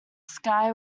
sky